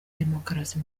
demukarasi